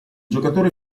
giocatore